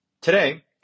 Today